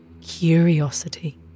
Curiosity